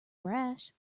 grass